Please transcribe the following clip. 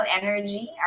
energy